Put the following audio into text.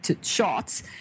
shots